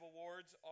Awards